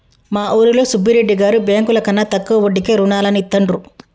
మా ఊరిలో సుబ్బిరెడ్డి గారు బ్యేంకుల కన్నా తక్కువ వడ్డీకే రుణాలనిత్తండ్రు